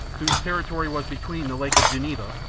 whose territory was between the lake of geneva,